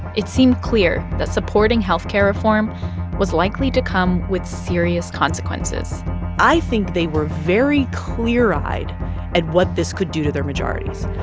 it seemed clear that supporting health care reform was likely to come with serious consequences i think they were very clear-eyed at what this could do to their majorities.